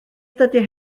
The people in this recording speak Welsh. dydy